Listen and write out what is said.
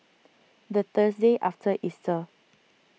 the Thursday after Easter